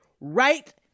right